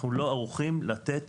אנחנו לא ערוכים לתת